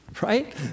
Right